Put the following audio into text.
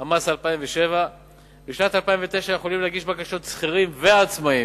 המס 2007. בשנת 2009 יכולים להגיש בקשות שכירים ועצמאים,